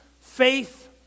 faith